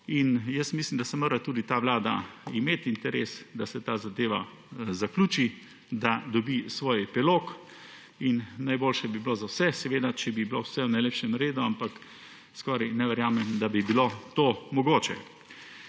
Mislim, da mora tudi ta vlada imeti interes, da se ta zadeva zaključi, da dobi svoj epilog. Najboljše bi bilo za vse, seveda če bi bilo vse v najlepšem redu, ampak skoraj ne verjamem, da bi bilo to mogoče.